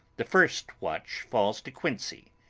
the first watch falls to quincey,